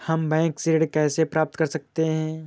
हम बैंक से ऋण कैसे प्राप्त कर सकते हैं?